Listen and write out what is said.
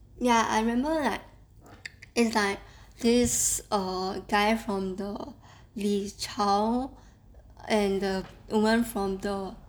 ya I remember like it's like this err guy from the 李朝 and the woman from the